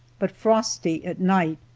but frosty at night.